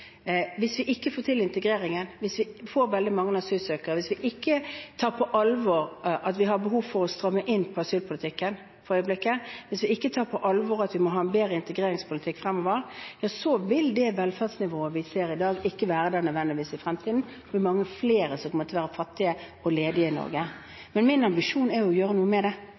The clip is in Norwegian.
Hvis vi ikke får til integreringen, hvis vi får veldig mange asylsøkere, hvis vi ikke tar på alvor at vi for øyeblikket har behov for å stramme inn asylpolitikken, hvis vi ikke tar på alvor at vi må ha en bedre integreringspolitikk fremover, så vil det velferdsnivået vi ser i dag, ikke nødvendigvis være der i fremtiden. Mange flere vil komme til å være fattige og ledige i Norge. Min ambisjon er å gjøre noe med det.